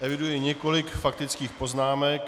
Eviduji několik faktických poznámek.